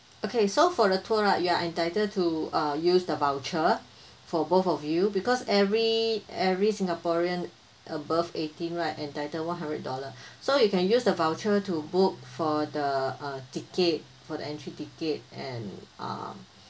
okay so for the tour lah you're entitled to uh use the voucher for both of you because every every singaporean above eighteen right entitled one hundred dollar so you can use the voucher to book for the uh ticket for the entry ticket and uh